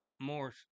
more